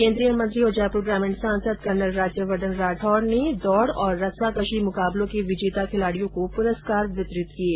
केन्द्रीय मंत्री और जयपुर ग्रामीण सांसद कर्नल राज्यवर्द्वन राठौड़ ने दौड़ और रस्साकशी मुकाबलों के विजेता खिलाड़ियों को पुरस्कार वितरित किये